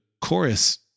chorus